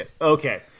Okay